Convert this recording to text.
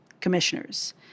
commissioners